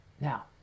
Now